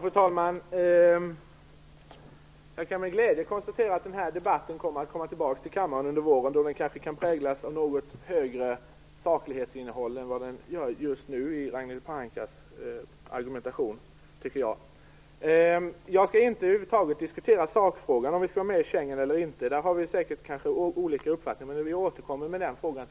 Fru talman! Jag kan med glädje konstatera att den här debatten kommer att komma tillbaka till kammaren under våren. Då kan den kanske präglas av något högre saklighetsinnehåll än vad jag tycker den gör just nu när det gäller Ragnhild Pohankas argumentation. Jag skall över huvud taget inte diskutera sakfrågan: om vi skall vara med i Schengen eller inte. Där har vi säkert olika uppfattning, men vi återkommer med den frågan